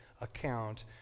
account